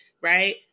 Right